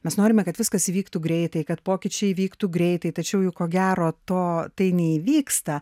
mes norime kad viskas įvyktų greitai kad pokyčiai įvyktų greitai tačiau jau ko gero to tai neįvyksta